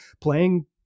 playing